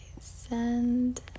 send